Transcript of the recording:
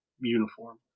uniform